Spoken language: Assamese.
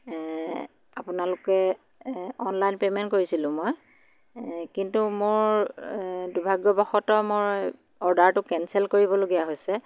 এ আপোনালোকে অনলাইন পে'মেন্ট কৰিছিলোঁ মই এ কিন্তু মোৰ এ দূৰ্ভাগ্যবশতঃ মই অৰ্ডাৰটো কেঞ্চেল কৰিবলগীয়া হৈছে